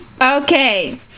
Okay